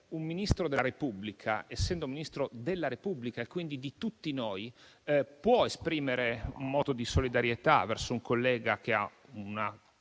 un Ministro della Repubblica, essendo Ministro della Repubblica e quindi di tutti noi, possa esprimere un moto di solidarietà verso un collega che ha una